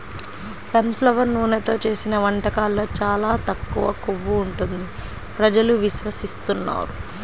sun flower నూనెతో చేసిన వంటకాల్లో చాలా తక్కువ కొవ్వు ఉంటుంది ప్రజలు విశ్వసిస్తున్నారు